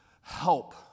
help